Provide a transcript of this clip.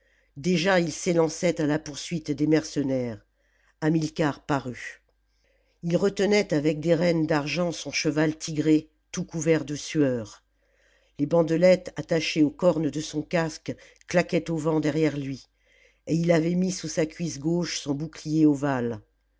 déjà ils s'élançaient à la poursuite des mercenaires hamilcar parut ii retenait avec des rênes d'argent son cheval tigré tout couvert de sueur les bandelettes attacnées aux cornes de son casque claquaient au vent derrière lui et il avait mis sous sa cuisse gauche son bouclier ovale